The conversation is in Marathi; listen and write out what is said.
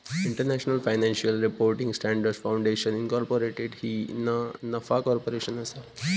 international Financial Reporting Standards Foundation Incorporated ही ना नफा कॉर्पोरेशन असा